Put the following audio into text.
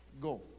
go